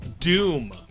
Doom